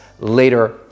later